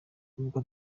n’ubwo